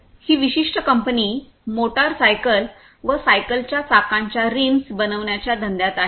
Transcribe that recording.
ही विशिष्ट company motor cycle व सायकलच्या चाकांच्या रिम्स बनविण्याच्या धंद्यात आहे